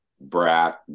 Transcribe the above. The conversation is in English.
brat